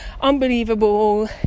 unbelievable